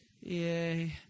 Yay